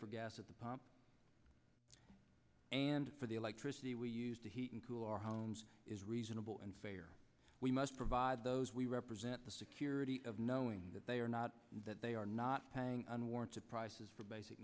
for gas at the pump and for the electricity we used to heat and cool our homes is reasonable and fair we must provide those we represent the security of knowing that they are not that they are not paying unwarranted prices for basic